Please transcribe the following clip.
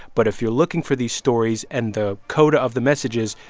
but if you're looking for these stories and the code of the message is,